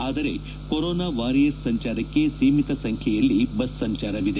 ಆದರೆ corona warrior ಸಂಚಾರಕ್ಕೆ ಸೀಮಿತ ಸಂಚ್ಯೆಯಲ್ಲಿ ಬಸ್ ಸಂಚಾರವಿದೆ